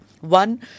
One